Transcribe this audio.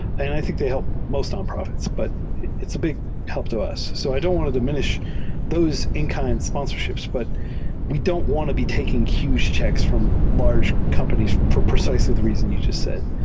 and i think they help most nonprofits, but it's a big help to us. so i don't want to diminish those in-kind sponsorships, but we don't want to be taking huge checks from large companies for precisely the reason you jus t said.